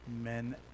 men